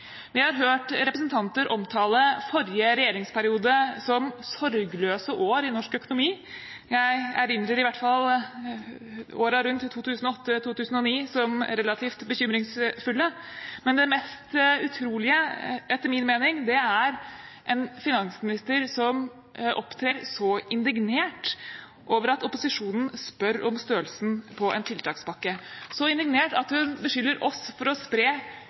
Vi har hørt representanter omtale forrige regjeringsperiode som sorgløse år i norsk økonomi. Jeg erindrer i hvert fall årene rundt 2008/2009 som relativt bekymringsfulle. Det mest utrolige etter min mening er en finansminister som opptrer så indignert over at opposisjonen spør om størrelsen på en tiltakspakke – så indignert at hun beskylder oss for å spre